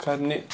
کَرنہِ